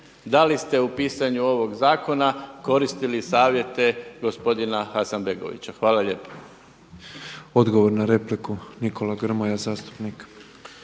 Da li ste u pisanju ovog zakona koristili savjete gospodina Hasanbegovića? Hvala lijepo. **Petrov, Božo (MOST)** Hvala. Odgovor na repliku, Nikola Grmoja zastupnik.